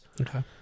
Okay